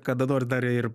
kada nors dar ir